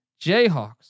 Jayhawks